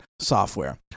software